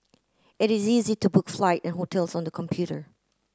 it is easy to book flight and hotels on the computer